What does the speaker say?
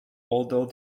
although